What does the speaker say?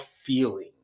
feeling